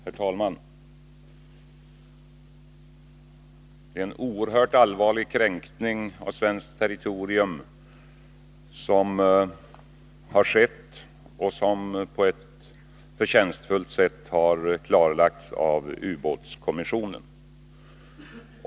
Herr talman! Det är en oerhört allvarlig kränkning av svenskt territorium som har skett och som på ett förtjänstfullt sätt har klarlagts av ubåtskommissionen.